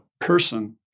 person